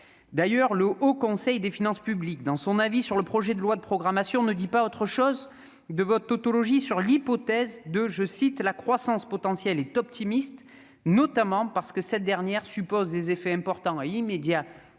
d'ailleurs, le Haut Conseil des finances publiques dans son avis sur le projet de loi de programmation ne dit pas autre chose de votre tautologie sur l'hypothèse de, je cite : la croissance potentielle est optimiste, notamment parce que cette dernière suppose des effets importants et immédiats